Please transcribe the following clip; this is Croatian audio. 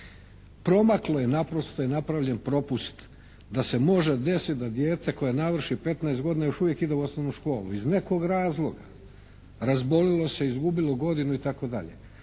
Promaklo je, naprosto je napravljen propust da se može desiti da dijete koje navrši 15 godina još uvijek ide u osnovnu školu, iz nekog razloga. Razbolilo se, izgubilo godinu i